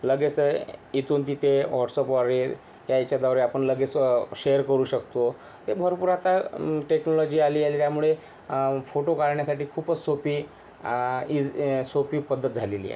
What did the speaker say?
लगेच इथून तिथे व्हॉट्सॲपवर या याच्याद्वारे आपण लगेच शेअर करू शकतो हे भरपूर आता टेक्नॉलॉजी आली त्यामुळे फोटो काढण्यासाठी खूपच सोपी इज सोपी पद्धत झालेली आहे